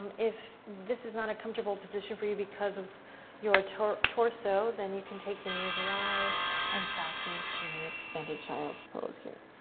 um if this is not a comfortable position for you because of your torso, then you can take the knees wide and practice in an extended child's pose here.